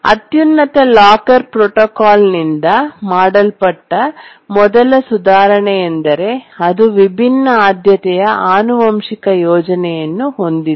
ಅತ್ಯುನ್ನತ ಲಾಕರ್ ಪ್ರೋಟೋಕಾಲ್ನಿಂದ ಮಾಡಲ್ಪಟ್ಟ ಮೊದಲ ಸುಧಾರಣೆಯೆಂದರೆ ಅದು ವಿಭಿನ್ನ ಆದ್ಯತೆಯ ಆನುವಂಶಿಕ ಯೋಜನೆಯನ್ನು ಹೊಂದಿದೆ